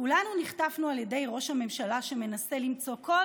כולנו נחטפנו על ידי ראש הממשלה שמנסה למצוא כל